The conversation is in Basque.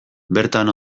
bertan